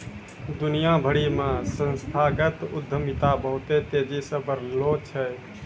दुनिया भरि मे संस्थागत उद्यमिता बहुते तेजी से बढ़लो छै